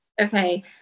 Okay